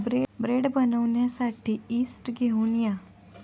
bread बनवण्यासाठी yeast घेऊन या